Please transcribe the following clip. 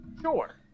Sure